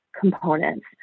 components